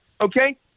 Okay